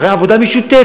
אחרי עבודה משותפת,